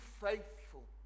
faithful